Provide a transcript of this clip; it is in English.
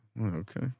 okay